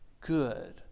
good